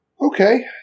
okay